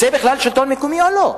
רוצה בכלל שלטון מקומי או לא.